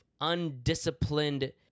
undisciplined